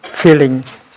feelings